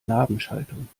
nabenschaltung